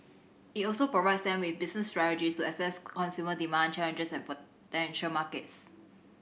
it also provides them with business strategies to assess consumer demand challenges and potential markets